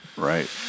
Right